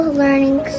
learning